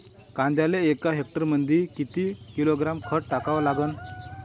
कांद्याले एका हेक्टरमंदी किती किलोग्रॅम खत टाकावं लागन?